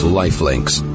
lifelinks